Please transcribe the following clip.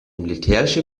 militärische